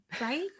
right